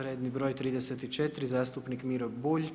Redni broj 34. zastupnik Miro Bulj.